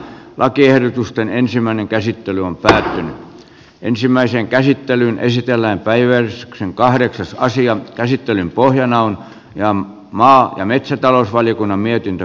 lakiehdotusten ensimmäinen käsittely on tänään ensimmäisen käsittelyn esitellään päiväys on kahdeksan asian käsittelyn pohjana on maa ja metsätalousvaliokunnan mietintö